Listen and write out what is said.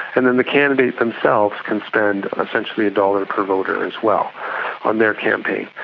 and then the candidate themselves can spend essentially a dollar per voter as well on their campaign.